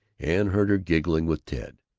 and heard her giggling with ted.